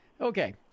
Okay